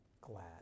glad